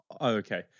okay